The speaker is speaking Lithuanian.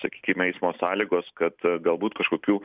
sakykim eismo sąlygos kad galbūt kažkokių